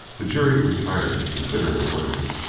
the jury retired to consider their verdict,